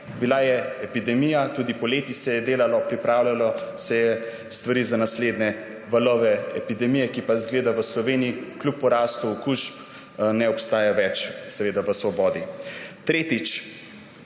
bila je epidemija, tudi poleti se je delalo, pripravljale so se stvari za naslednje valove epidemije, ki pa zgleda v Sloveniji kljub porastu okužb ne obstaja več. Seveda v svobodi. Tretjič.